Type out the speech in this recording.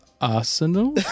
Arsenal